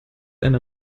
einer